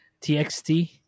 TXT